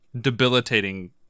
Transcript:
debilitating